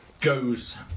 goes